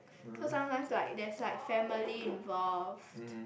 so sometimes like there's like family involve